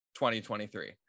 2023